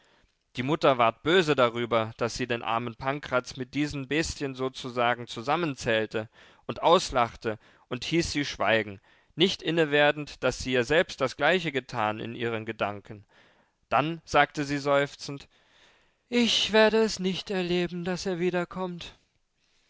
die mutter ward böse darüber daß sie den armen pankraz mit diesen bestien sozusagen zusammenzählte und auslachte und hieß sie schweigen nicht innewerdend daß sie ja selbst das gleiche getan in ihren gedanken dann sagte sie seufzend ich werde es nicht erleben daß er wiederkommt